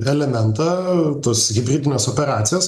elementą tas hibridines operacijas